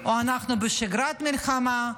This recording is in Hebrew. אנחנו בשגרת מלחמה,